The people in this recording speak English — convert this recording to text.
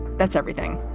that's everything.